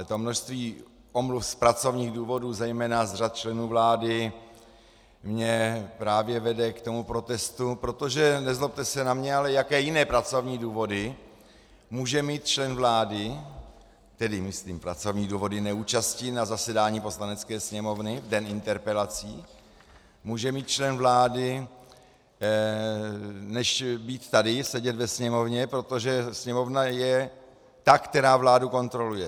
To množství omluv z pracovních důvodů zejména z řad členů vlády mě právě vede k tomu protestu, protože, nezlobte se na mě ale jaké jiné pracovní důvody může mít člen vlády, tedy myslím pracovní důvody neúčasti na zasedání Poslanecké sněmovny v den interpelací, může mít člen vlády, než být tady, sedět ve Sněmovně, protože Sněmovna je ta, která vládu kontroluje?